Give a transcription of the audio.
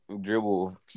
dribble